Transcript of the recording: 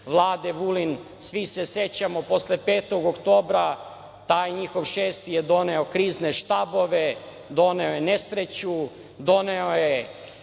Vlade Vulin. Svi se sećamo, posle 5. oktobra, taj njihov šesti je doneo krizne štabove, doneo je nesreću, doneo je